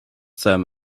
them